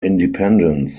independence